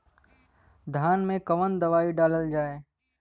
धान मे कवन दवाई डालल जाए?